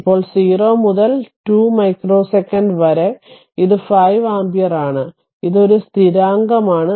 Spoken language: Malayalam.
ഇപ്പോൾ 0 മുതൽ 2 മൈക്രോ സെക്കന്റ് വരെ ഇത് 5 ആമ്പിയർ ആണ് ഇത് ഒരു സ്ഥിരാങ്കമാണ്